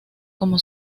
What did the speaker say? como